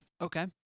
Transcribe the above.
Okay